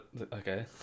okay